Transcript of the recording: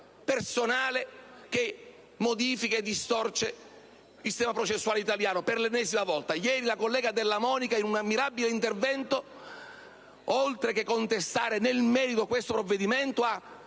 personale, che modifica e distorce il sistema processuale italiano per l'ennesima volta. Ieri la collega Della Monica, in un ammirabile intervento, oltre che contestare nel merito questo provvedimento, ha